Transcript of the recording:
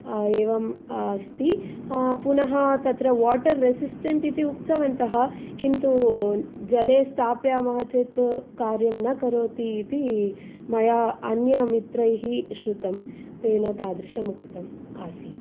एवम् अस्ति पुनः तत्र वाटर् रेसिस्टेण्ट् इति उक्तवन्तः किन्तु जले स्थापयामः चेत् कार्यं न करोति इति मया अन्य मित्रैः श्रुतं तेन तादृशम् उक्तम् आसीत्